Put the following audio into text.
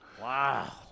Wow